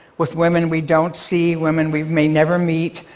with women we don't see, women we may never meet,